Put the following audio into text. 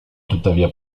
tuttavia